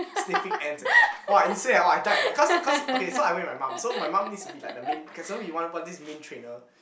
sniffing ants eh !wah! insane eh !wah! I died eh cause cause okay so I went with my mum so my mum needs to be like the main can some more they want want this main trainer